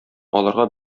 аларга